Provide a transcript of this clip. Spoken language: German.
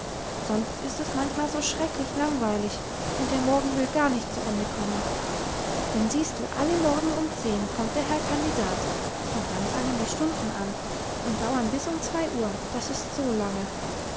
sonst ist es manchmal so schrecklich langweilig und der morgen will gar nicht zu ende kommen denn siehst du alle morgen um zehn uhr kommt der herr kandidat und dann fangen die stunden an und dauern bis um zwei uhr das ist so lange